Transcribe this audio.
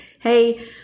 hey